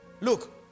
look